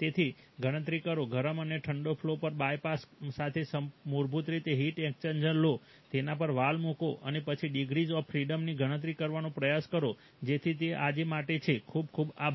તેથી ગણતરી કરો ગરમ અને ઠંડા ફ્લૉ પર બાયપાસ સાથે પ્રમાણભૂત હીટ એક્સ્ચેન્જર લો તેમના પર વાલ્વ મૂકો અને પછી ડિગ્રીઝ ઓફ ફ્રિડમની ગણતરી કરવાનો પ્રયાસ કરો જેથી તે આજે માટે છે ખૂબ ખૂબ આભાર